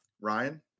ryan